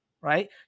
Right